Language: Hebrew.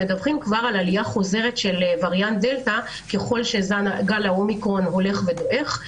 שמדווחים על עלייה חוזרת של וריאנט דלתא ככל שגל האומיקרון הולך ודועך.